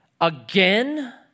again